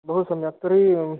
बहुसम्यक् तर्हि